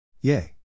Yay